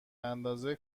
اندازه